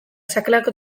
sakelako